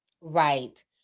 Right